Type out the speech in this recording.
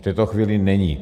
V této chvíli není.